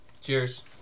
Cheers